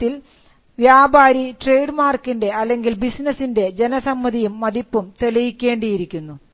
ഈ കാര്യത്തിൽ അതിൽ വ്യാപാരി ട്രേഡ് മാർക്കിൻറെ അല്ലെങ്കിൽ ബിസിനസിൻറെ ജനസമ്മതിയും മതിപ്പും തെളിയിക്കേണ്ടിയിരിക്കുന്നു